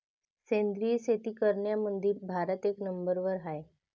सेंद्रिय शेती करनाऱ्याईमंधी भारत एक नंबरवर हाय